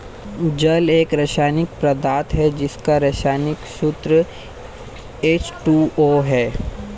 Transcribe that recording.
जल एक रसायनिक पदार्थ है जिसका रसायनिक सूत्र एच.टू.ओ है